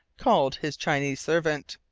called his chinese servant.